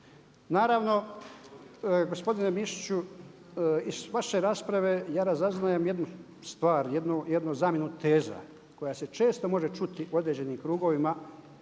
Naravno, gospodine Mišiću iz vaše rasprave ja razaznajem jednu stvar, jednu zamjenu teza koja se često može čuti u određenim krugovima